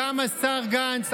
גם השר גנץ.